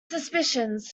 suspicions